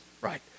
right